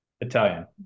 Italian